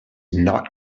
not